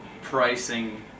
pricing